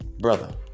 Brother